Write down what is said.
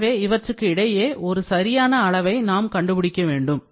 எனவே இவற்றுக்கு இடையே ஒரு சரியான அளவை நாம் கண்டுபிடிக்க வேண்டும்